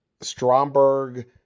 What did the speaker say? Stromberg